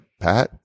Pat